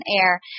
air